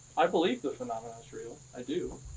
i believe the phenomena is real. i do.